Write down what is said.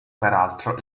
peraltro